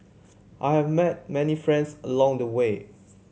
I have met many friends along the way